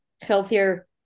healthier